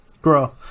grow